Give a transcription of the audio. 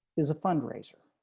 is a fundraiser.